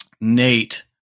Nate